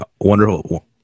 wonderful